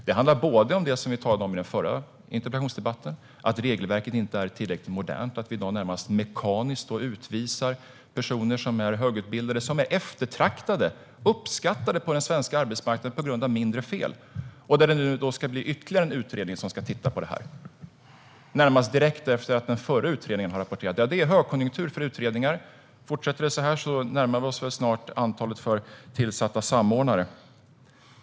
Det handlar om det som vi talade om i den förra interpellationsdebatten, nämligen att regelverket inte är tillräckligt modernt och att vi i dag närmast mekaniskt utvisar personer som är högutbildade och som är eftertraktade och uppskattade på den svenska arbetsmarknaden - på grund av mindre fel. Det ska nu bli ytterligare en utredning som ska titta på detta, närmast direkt efter att den förra utredningen har rapporterat. Ja, det är högkonjunktur för utredningar. Fortsätter det så här närmar vi oss väl snart antalet för tillsatta samordnare.